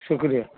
شکریہ